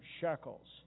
shekels